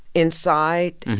inside,